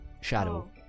shadow